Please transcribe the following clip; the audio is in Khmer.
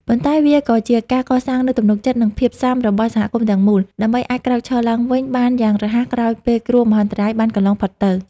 ប៉ុន្តែវាក៏ជាការកសាងនូវទំនុកចិត្ត និងភាពស៊ាំរបស់សហគមន៍ទាំងមូល ដើម្បីអាចក្រោកឈរឡើងវិញបានយ៉ាងរហ័សក្រោយពេលគ្រោះមហន្តរាយបានកន្លងផុតទៅ។